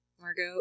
Margot